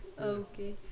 okay